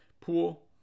pool